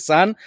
Sun